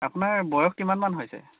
আপোনাৰ বয়স কিমানমান হৈছে